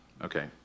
Okay